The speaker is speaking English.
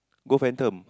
go phantom